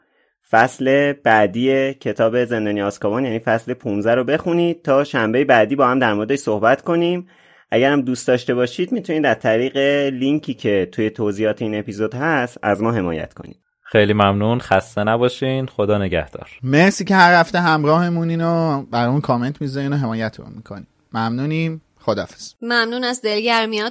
فصل بعدی کتاب زندانی آزکابان، یعنی فصل 15 رو بخونید تا شنبه بعدی با هم در موردش صحبت کنیم. اگرم دوست داشته باشید، می‌تونید در طریق لینکی که توی توضیحات این اپیزود هست، از ما حمایت کنید. خیلی ممنون. خسته نباشین. خدا نگهدار. مرسی که هر هفته همراهمونین و برامون comment می‌ذارین و حمایت رو می‌کنین. ممنونیم. خداحافظ. ممنون از دلگرمیاتون.